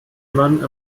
mann